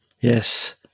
yes